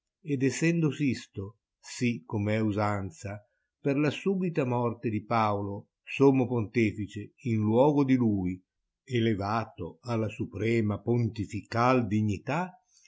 ed essendo sisto sì come è usanza per la subita morte di paolo sommo pontefice in luogo di a elevato alla suprema pontificai dignità